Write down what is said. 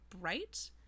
bright